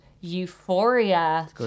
euphoria